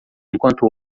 enquanto